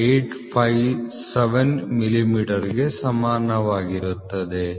857 ಮಿಲಿಮೀಟರ್ಗೆ ಸಮಾನವಾಗಿರುತ್ತದೆ